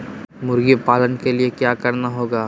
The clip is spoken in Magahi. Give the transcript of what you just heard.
मुर्गी पालन के लिए क्या करना होगा?